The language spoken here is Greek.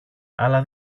αλλά